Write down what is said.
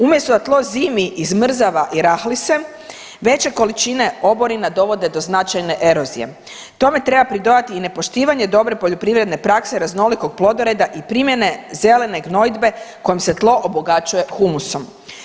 Umjesto da tlo zimi izmrzava i rahli se, veće količine oborina dovodi do značajne erozije, tome treba pridonijeti i nepoštivanje dobre poljoprivredne prakse raznolikog plodoreda i primjene zelene gnojidbe kojim se tlo obogaćuje humusom.